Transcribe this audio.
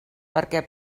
perquè